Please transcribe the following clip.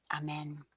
Amen